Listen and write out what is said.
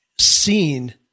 seen